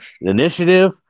Initiative